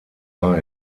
and